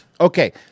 Okay